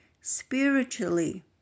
spiritually